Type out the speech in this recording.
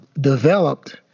developed